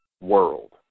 world